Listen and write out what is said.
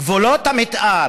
גבולות המתאר,